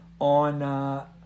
on